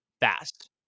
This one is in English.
fast